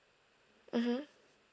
mmhmm